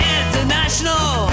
international